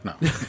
no